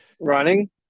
running